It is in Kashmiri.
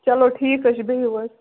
چلو ٹھیٖک حظ چھُ بِہِو حظ